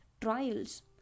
trials